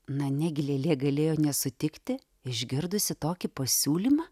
na negi lėlė galėjo nesutikti išgirdusi tokį pasiūlymą